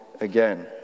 again